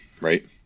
right